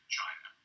China